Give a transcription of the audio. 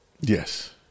Yes